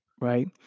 right